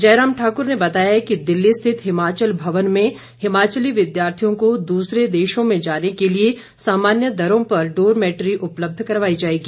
जयराम ठाकुर ने बताया कि दिल्ली स्थित हिमाचल भवन में हिमाचली विद्यार्थियों को दूसरे देशों में जाने के लिए सामान्य दरों पर डोरमैटरी उपलब्ध करवाई जाएगी